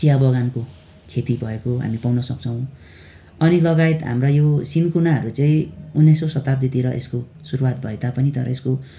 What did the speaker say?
चिया बगानको खेती भएको हामी पाउन सक्छौँ अनि लगायत हाम्रा यो सिन्कोनाहरू चाहिँ उन्नाइसौँ शताब्दीतिर यसको सुरुवात भए तापनि तर यसको